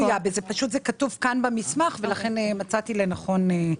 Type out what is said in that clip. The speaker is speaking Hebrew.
זה כתוב במסמך ולכן מצאתי לנכון לציין.